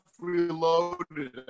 Reloaded